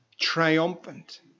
triumphant